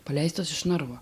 paleistas iš narvo